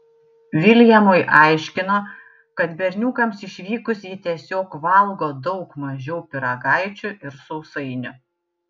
viljamui aiškino kad berniukams išvykus ji tiesiog valgo daug mažiau pyragaičių ir sausainių